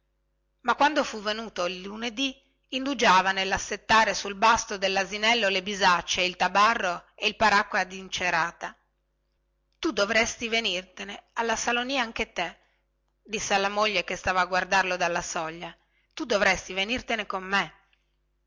salonia quando fu venuto il lunedì indugiava nellassettare sul basto dellasinello le bisacce e il tabarro e il paracqua incerato tu dovresti venirtene alla salonia anche te diceva alla moglie che stava a guardarlo dalla soglia tu dovresti venirtene con me